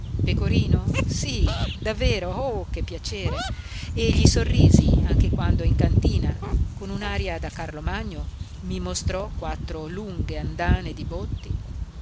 pecorino sí davvero oh che piacere e gli sorrisi anche quando in cantina con un'aria da carlomagno mi mostrò quattro lunghe andane di botti